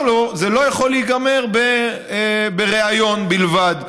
לו: זה לא יכול להיגמר בריאיון בלבד.